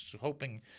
hoping